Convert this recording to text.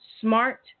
SMART